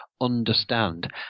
understand